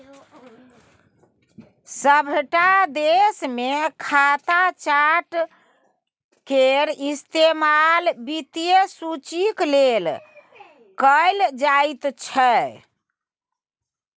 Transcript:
सभटा देशमे खाता चार्ट केर इस्तेमाल वित्तीय सूचीक लेल कैल जाइत छै